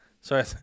sorry